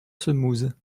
semouse